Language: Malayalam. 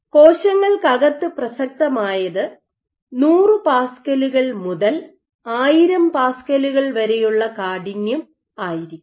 കോശങ്ങൾക്കകത്ത് പ്രസക്തമായത് 100 പാസ്കലുകൾ മുതൽ 1000 പാസ്കലുകൾ വരെയുള്ള കാഠിന്യം ആയിരിക്കും